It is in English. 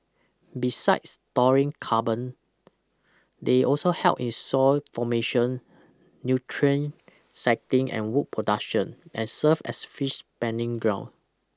besides storing carbon they also help in soil formation nutrient cycling and wood production and serve as fish spanning ground